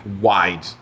wide